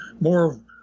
more